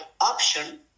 option